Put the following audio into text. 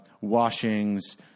washings